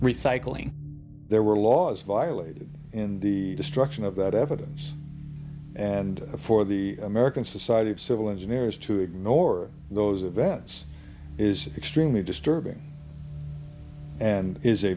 recycling there were laws violated in the destruction of that evidence and for the american society of civil engineers to ignore those events is extremely disturbing and is a